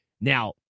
Now